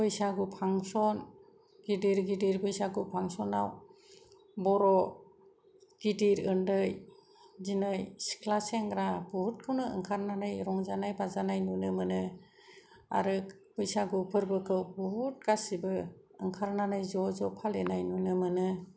बैसागु फांशन गिदिर गिदिर बैसागु फांशन आव बर' गिदिर उन्दै दिनै सिख्ला सेंग्रा बहुदखौनो ओंखारनानै रंजानाय बाजानाय नुनो मोनो आरो बैसागु फोरबोखौ बहुद गासिबो ओंखारनानै ज' ज' फालिनाय नुनो मोनो